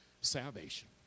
Salvation